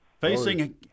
Facing